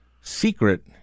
secret